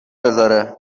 بزاره